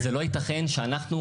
זה לא ייתכן שאנחנו